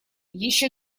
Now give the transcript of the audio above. еще